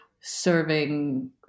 serving